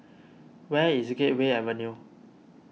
where is Gateway Avenue